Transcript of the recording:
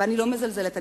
ואני לא מזלזלת בכך.